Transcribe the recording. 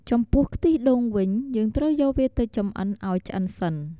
ចំពោះ ខ្ទិះដូងវិញ យើងត្រូវយកវាទៅចម្អិនអោយឆ្អិនសិន។